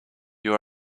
you